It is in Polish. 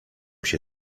się